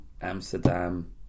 Amsterdam